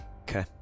Okay